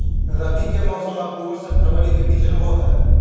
रबी के मौसम अक्टूबर से फरवरी के बीच रहो हइ